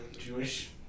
Jewish